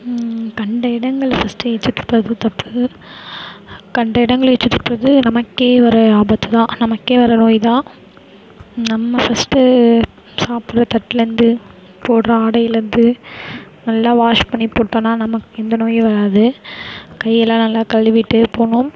கண்ட இடங்களில் ஃபஸ்ட்டு எச்சில் துப்புறது தப்பு கண்ட இடங்களில் எச்சில் துப்புறது நமக்கே ஒரு ஆபத்துதான் நமக்கே வர நோய்தான் நம்ம ஃபஸ்ட்டு சாப்புடுற தட்டுலேருந்து போடுற ஆடையிலேருந்து நல்லா வாஷ் பண்ணி போட்டோம்னா நமக்கு எந்த நோயும் வராது கையெல்லாம் நல்லா கழுவிவிட்டு போகணும்